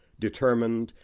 determined,